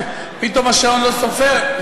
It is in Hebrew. פתאום השעון לא סופר,